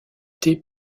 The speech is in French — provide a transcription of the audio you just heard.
thé